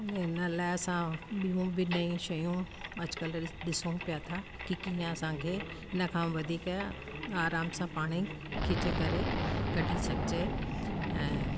इन लाइ असां ॿियूं बि नयूं शयूं अॼुकल्ह ॾिसूं पिया था कि कीअं असांखे इन खां वधीक आराम सां पाणी खिचे करे कढी सघिजे ऐं